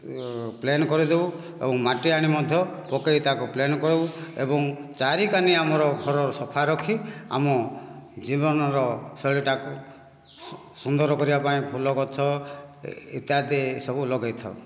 plain କରିଦେଉ ଏବଂ ମାଟି ଆଣି ମଧ୍ୟ ପକାଇ ତାକୁ ପ୍ଳେନ୍ କରୁ ଏବଂ ଚାରି କାନି ଆମର ଘର ସଫା ରଖି ଆମ ଜୀବନର ଶୈଳୀଟାକୁ ସୁ ସୁନ୍ଦର କରିବାପାଇଁ ଫୁଲଗଛ ଇତ୍ୟାଦି ସବୁ ଲଗାଇଥାଉ